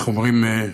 איך אומרים?